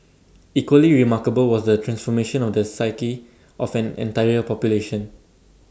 equally remarkable was the transformation of the psyche of an entire population